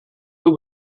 but